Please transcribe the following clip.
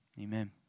Amen